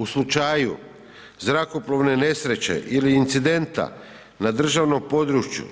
U slučaju zrakoplovne nesreće ili incidenta na državnom području